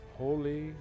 holy